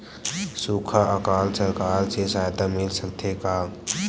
सुखा अकाल सरकार से सहायता मिल सकथे का?